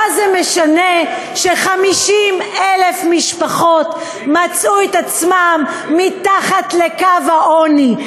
מה זה משנה ש-50,000 משפחות מצאו את עצמן מתחת לקו העוני?